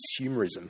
consumerism